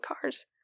cars